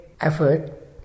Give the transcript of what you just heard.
effort